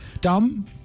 Dumb